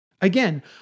Again